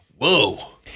Whoa